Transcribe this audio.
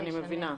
אני מבינה,